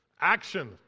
action